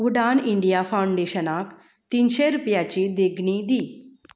उडान India फावंडेशनाक तिनशे रुपयाची देगणी दी